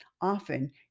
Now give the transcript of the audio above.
Often